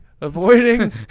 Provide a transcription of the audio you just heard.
avoiding